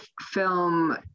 film